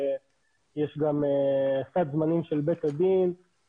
יש גם סד זמנים של בית הדין,